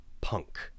punk